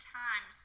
times